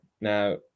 now